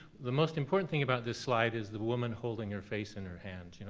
the most important thing about this slide is the woman holding her face in her hands. you know